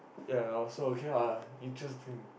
ya I also okay what interesting